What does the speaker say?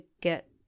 get